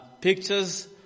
pictures